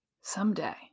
Someday